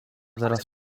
teraz